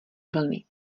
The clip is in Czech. vlny